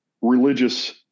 religious